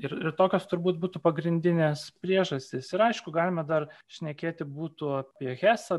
ir ir tokios turbūt būtų pagrindinės priežastys ir aišku galima dar šnekėti būtų apie hesą